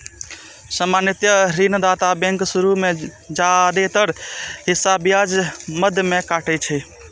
सामान्यतः ऋणदाता बैंक शुरू मे जादेतर हिस्सा ब्याज मद मे काटै छै